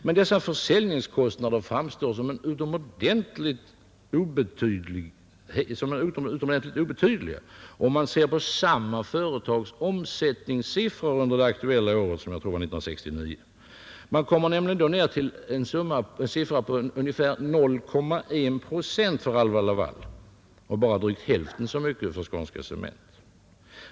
Men dessa försäljningskostnader framstår som utomordentligt obetydliga om man ser på samma företags omsättningssiffror under det aktuella året, som jag tror är 1969. Man kommer nämligen då ner till en siffra på ungefär 0,1 procent för Alfa-Laval och bara drygt hälften så mycket för Skånska cement.